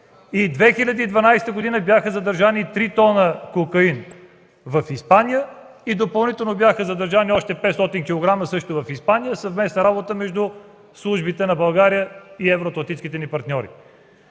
В 2012 г. бяха задържани 3 т кокаин в Испания и допълнително бяха задържани още 500 кг, също в Испания – съвместна работа между службите на България и Евроатлантическите ни партньори.